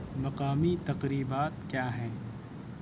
مقامی تقریبات کیا ہیں